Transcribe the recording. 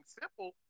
simple